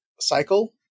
cycle